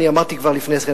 אמרתי כבר לפני זמן,